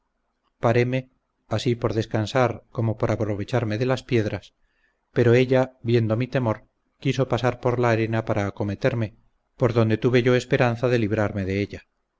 paréme así por descansar como por aprovecharme de las piedras pero ella viendo mi temor quiso pasar por la arena para acometerme por donde tuve yo esperanza de librarme de ella